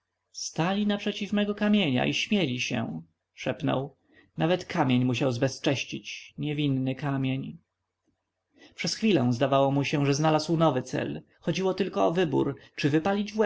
stali naprzeciw mego kamienia i śmieli się szepnął nawet kamień musiał zbezcześcić niewinny kamień przez chwilę zdawało mu się że znalazł nowy cel chodziło tylko o wybór czy wypalić w